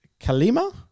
Kalima